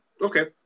Okay